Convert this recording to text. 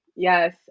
Yes